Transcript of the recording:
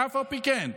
אף על פי כן,